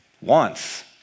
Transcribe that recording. wants